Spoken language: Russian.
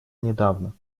недавно